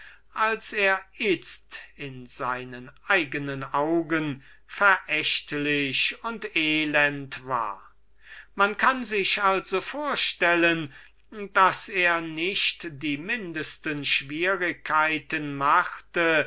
als er itzt in seinen eignen augen verächtlich und elend war man kann sich also vorstellen daß er nicht die mindeste schwierigkeiten machte